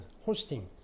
hosting